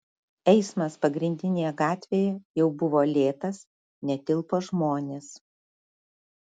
eismas pagrindinėje gatvėje jau buvo lėtas netilpo žmonės